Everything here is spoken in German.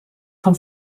von